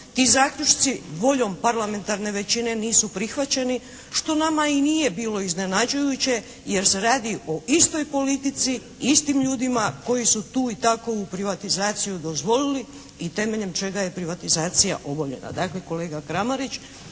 Ti zaključci voljom parlamentarne većine nisu prihvaćeni što nama i nije bilo iznenađujuće, jer se radi o istoj politici, istim ljudima koji su tu i takovu privatizaciju dozvolili i temeljem čega je privatizacija obavljena.